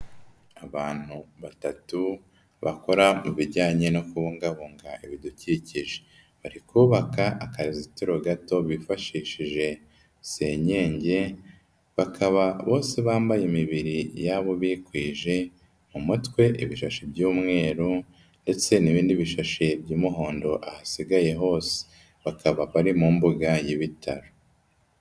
Abantu batatu bakora mu bijyanye no kubungabunga ibidukikije, bari kubaka akazitiro gato bifashishije senyenge, bakaba bose bambaye imibiri yabo bikwije, mu umutwe ibishashi by'umweru ndetse n'ibindi bishashi by'umuhondo ahasigaye hose, bakaba bari mu mbuga y'ibitaro.